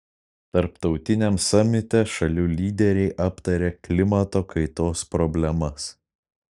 tarptautiniam samite šalių lyderiai aptarė klimato kaitos problemas